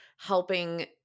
helping